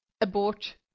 abort